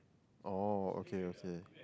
oh okay okay